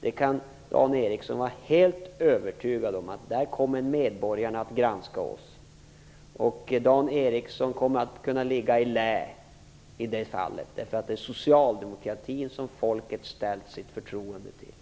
Dan Ericsson kan vara helt övertygad om att medborgarna kommer att granska oss i det avseendet. Dan Ericsson kommer att kunna ligga i lä i det fallet, eftersom det är socialdemokratin som folket har ställt sitt förtroende till.